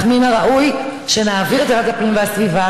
אך מן הראוי שנעביר את זה לוועדת הפנים והגנת הסביבה